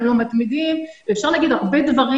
הם לא מתמידים ואפשר להגיד הרבה דברים